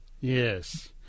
Yes